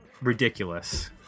ridiculous